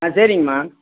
சரிங்கமா